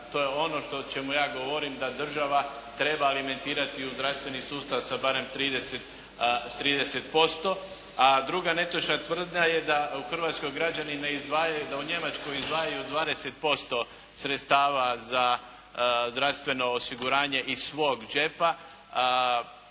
To je ono o čemu ja govorim da država treba alimentirati u zdravstveni sustav sa barem 30%. A druga netočna tvrdnja je da u Hrvatskoj građani ne izdvajaju, da u Njemačkoj izdvajaju 20% sredstava za zdravstveno osiguranje iz svog džepa.